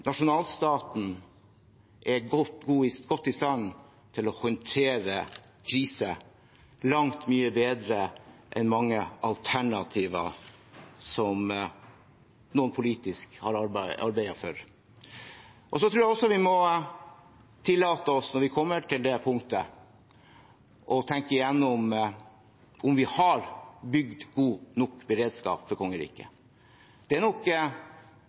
nasjonalstaten er godt i stand til å håndtere kriser mye bedre enn mange alternativer som noen politisk har arbeidet for. Jeg tror også vi må tillate oss – når vi kommer til det punktet – å tenke igjennom om vi har bygd en god nok beredskap for kongeriket. Det er nok